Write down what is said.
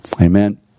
Amen